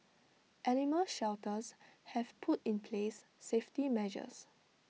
animal shelters have put in place safety measures